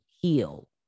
Heal